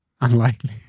Unlikely